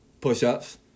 push-ups